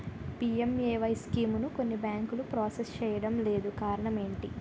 PMAY స్కీమును కొన్ని బ్యాంకులు ప్రాసెస్ చేయడం లేదు కారణం ఏమిటి?